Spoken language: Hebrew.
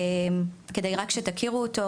כדי שתכירו אותו,